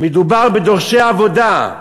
מדובר בדורשי עבודה.